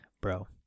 Bro